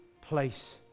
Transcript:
place